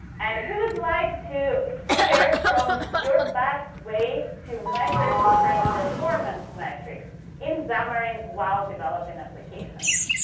and he would like to hear from your best ways to measure different performance metrics in xamarin while developing applications.